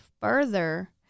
further